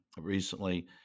recently